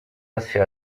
assez